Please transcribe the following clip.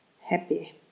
happy